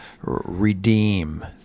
redeem